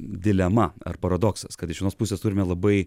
dilema ar paradoksas kad iš vienos pusės turime labai